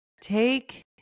take